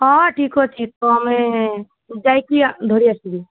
ହଁ ଠିକ ଅଛି ତ ଆମେ ଯାଇକି ଧରି ଆସିବି